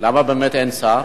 למה באמת אין שר?